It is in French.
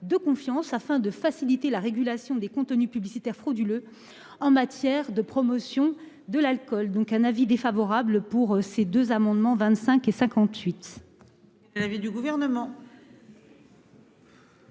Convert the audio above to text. de confiance afin de faciliter la régulation des contenus publicitaires frauduleux en matière de promotion de l'alcool donc un avis défavorable pour ces deux amendements. 25 et 58.